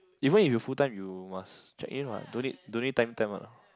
even if you full time you must check in [what] don't need don't need time time ah